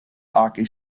hockey